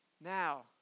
now